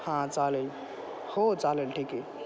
हां चालेल हो चालेल ठीक आहे